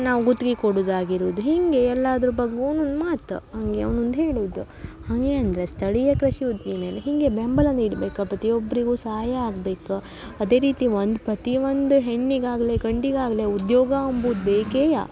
ನಾವು ಗುತ್ಗೆ ಕೊಡೊದಾಗಿರುದು ಹೀಗೆ ಎಲ್ಲಾದರೂ ಮಾತು ಹಂಗೆ ಒಂದೊಂದು ಹೇಳುವುದು ಹಾಗೆ ಅಂದರೆ ಸ್ಥಳೀಯ ಕೃಷಿ ಉದ್ದಿಮೆಯಲ್ಲಿ ಹೀಗೆ ಬೆಂಬಲ ನೀಡ್ಬೇಕು ಪ್ರತಿಯೊಬ್ರಿಗೂ ಸಹಾಯ ಆಗಬೇಕು ಅದೇ ರೀತಿ ಒಂದು ಪ್ರತಿಯೊಂದು ಹೆಣ್ಣಿಗೇ ಆಗಲಿ ಗಂಡಿಗೇ ಆಗಲಿ ಉದ್ಯೋಗ ಅಂಬುದು ಬೇಕೆಯ